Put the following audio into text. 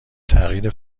تغییر